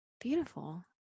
Beautiful